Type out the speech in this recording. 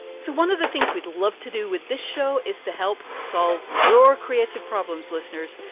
so one of the things we'd love to do with this show is to help solve your creative problems, listeners.